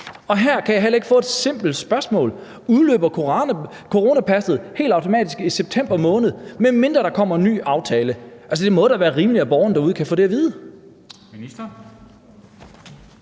Og her kan jeg heller ikke få svar på et simpelt spørgsmål: Udløber coronapasset helt automatisk i september måned, medmindre der kommer en ny aftale? Altså, det må da være rimeligt, at borgerne derude kan få det at vide.